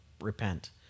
repent